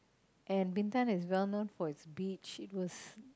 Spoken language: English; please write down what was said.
and Bintan is well for its beach it was